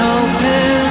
open